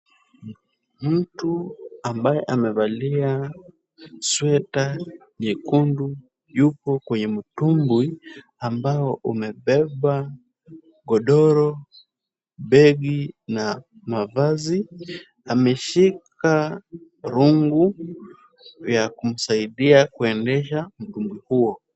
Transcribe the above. Mtu ambaye amevalia sweta nyekundu yuko kwenye mtumbwi ambao umebeba gondoro, begi na mavazi. Ameshika rungu vya kumsaidia kuendesha mtumbwi huo.